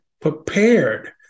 prepared